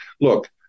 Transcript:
Look